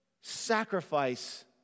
sacrifice